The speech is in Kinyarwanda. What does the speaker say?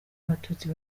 abatutsi